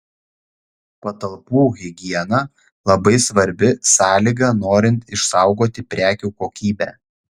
patalpų higiena labai svarbi sąlyga norint išsaugoti prekių kokybę